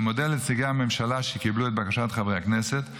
אני מודה לנציגי הממשלה שקיבלו את בקשת חברי הכנסת,